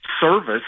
service